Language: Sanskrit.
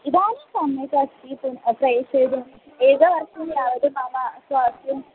इदानीं सम्यक् अस्ति तु प्रेषयितुम् एकवर्षं यावत् मम स्वास्थ्यम्